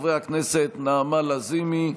חברי הכנסת נעמה לזימי,